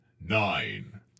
Nine